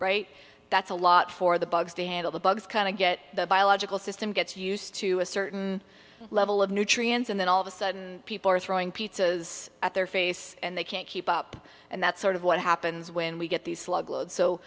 right that's a lot for the bugs to handle the bugs kind of get the biological system gets used to a certain level of nutrients and then all of a sudden people are throwing pizzas at their face and they can't keep up and that's sort of what happens when we get the slug load so